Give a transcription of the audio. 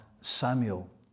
Samuel